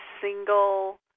single